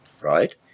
right